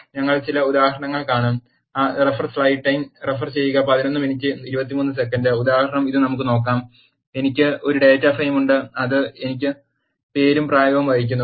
ഞങ്ങൾ ചില ഉദാഹരണങ്ങൾ കാണും സ്ലൈഡ് സമയം റഫർ ചെയ്യുക 1123 ഉദാഹരണം ഇത് നമുക്ക് നോക്കാം എനിക്ക് ഒരു ഡാറ്റാ ഫ്രെയിം ഉണ്ട് അത് എനിക്ക് പേരും പ്രായവും വഹിക്കുന്നു